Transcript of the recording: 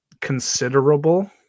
considerable